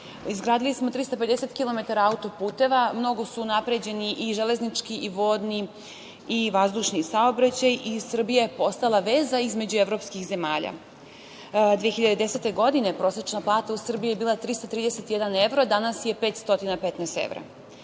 Izgradili smo 350 kilometara auto-puteva, mnogo su unapređeni železnički, vodni i vazdušni saobraćaj i Srbija je postala veza između evropskih zemalja. Godine 2010. prosečna plata u Srbiji je bila 331 evro, a danas je 515 evra.